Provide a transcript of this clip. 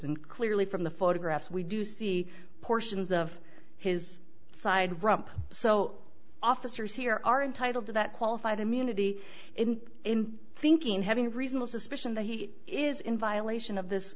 and clearly from the photographs we do see portions of his side rump so officers here are entitled to that qualified immunity in thinking having a reasonable suspicion that he is in violation of this